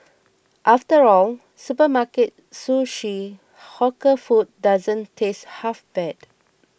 after all supermarket sushi hawker food doesn't taste half bad